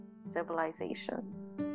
civilizations